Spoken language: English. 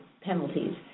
penalties